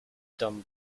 done